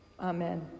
Amen